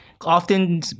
often